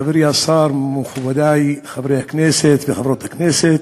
חברי השר, מכובדי חברי הכנסת וחברות הכנסת,